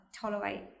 tolerate